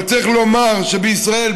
אבל צריך לומר שבישראל,